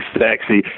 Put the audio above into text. sexy